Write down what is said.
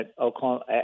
Oklahoma